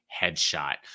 headshot